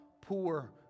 poor